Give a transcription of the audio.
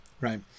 right